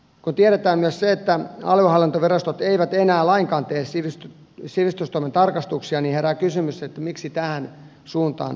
kun tiedetään myös se että aluehallintovirastot eivät enää lainkaan tee sivistystoimen tarkastuksia niin herää kysymys miksi tähän suuntaan on menty